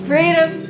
Freedom